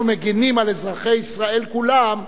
מגינים על אזרחי ישראל כולם.